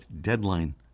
deadline